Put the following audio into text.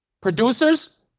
producers